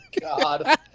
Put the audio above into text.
God